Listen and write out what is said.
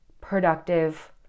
productive